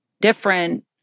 different